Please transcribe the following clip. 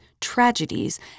tragedies